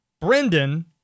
Brendan